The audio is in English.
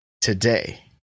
today